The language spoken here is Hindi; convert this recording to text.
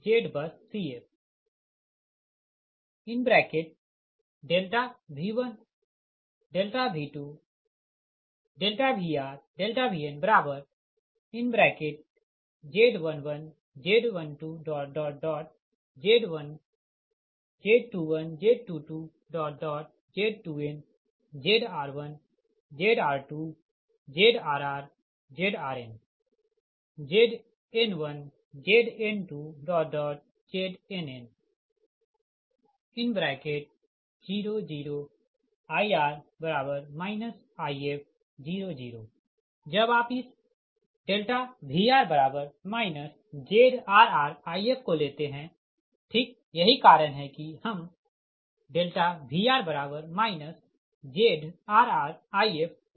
V1 V2 Vr Vn Z11 Z12Z1n Z21 Z22 Z2n Zr1 Zr2ZrrZrn Zn1 Zn2Znn 0 0 Ir If 0 0 जब आप इस Vr ZrrIf को लेते है ठीक यही कारण है हम Vr ZrrIf लिख रहे है